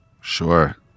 Sure